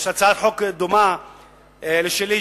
דומה לשלי,